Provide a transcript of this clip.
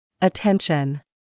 Attention